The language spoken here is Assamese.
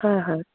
হয় হয়